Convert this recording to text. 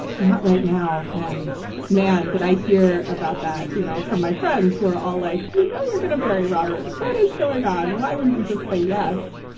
not right now. and man, did i hear about that you know, for my friends who are all like, you know, you're gonna bury robert, what is going on? why wouldn't you just say yes?